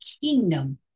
kingdom